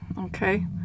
okay